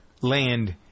land